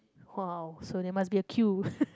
!wow! so there must a queue